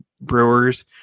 brewers